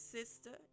Sister